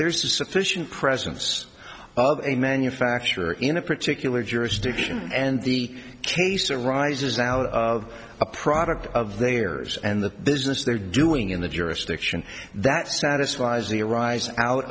there's a sufficient presence of a manufacturer in a particular jurisdiction and the case arises out of a product of their is and the business they're doing in the jurisdiction that satisfies the arising out